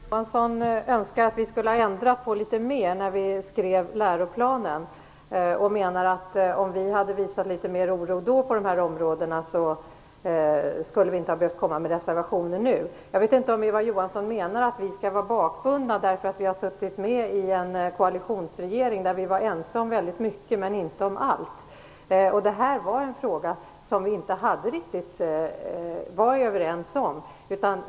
Herr talman! Eva Johansson önskar att vi skulle ha ändrat på litet mer när vi skrev läroplanen. Hon menar att om vi hade visat litet mer oro då på dessa områden skulle vi inte ha behövt skriva några reservationer nu. Jag vet inte om Eva Johansson menar att vi skall vara bakbundna därför att vi har suttit med i en koalitionsregering där vi var ense om väldigt mycket men inte om allt. Detta var en fråga som vi inte var riktigt överens om.